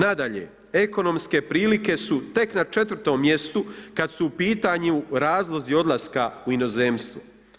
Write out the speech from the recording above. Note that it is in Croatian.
Nadalje, ekonomske prilike su tek na 4 mjestu kad su u pitanju razlozi odlaska u inozemstvo.